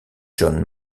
john